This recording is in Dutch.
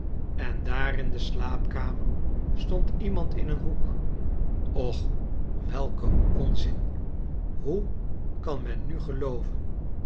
en daar in de slaapkamer stond iemand in een hoek och welk een onzin hoe kan men nu gelooven